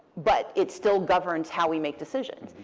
but it still governs how we make decisions.